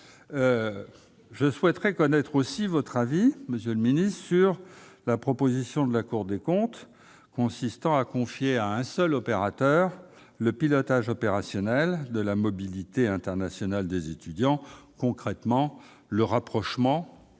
Je souhaite aussi connaître votre avis sur la proposition de la Cour des comptes consistant à confier à un seul opérateur le pilotage opérationnel de la mobilité internationale des étudiants, en d'autres termes le rapprochement